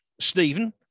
Stephen